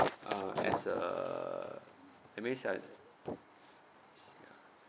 uh as a that means like yeah